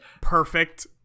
perfect